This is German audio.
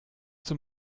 zum